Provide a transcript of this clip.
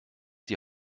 die